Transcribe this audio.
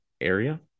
area